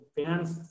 Finance